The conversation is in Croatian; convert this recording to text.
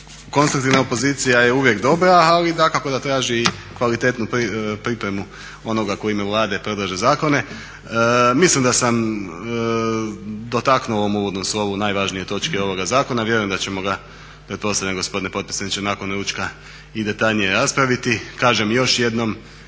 konstruktivna opozicija je uvijek dobra ali dakako da traži i kvalitetnu pripremu onoga tko u ime Vlade predlaže zakone. Mislim da sam dotaknuo u ovom uvodnom slovu najvažnije točke ovoga zakona, vjerujem da ćemo ga pretpostavljam gospodine potpredsjedniče nakon ručka i detaljnije raspraviti. Kažem još jednom,